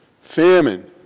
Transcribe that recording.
famine